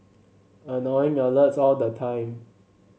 annoying alerts all the time